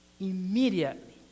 immediately